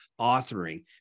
authoring